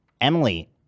Emily